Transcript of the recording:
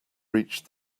reach